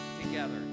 together